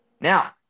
Now